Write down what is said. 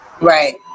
Right